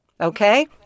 Okay